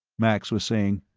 max was saying,